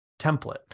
template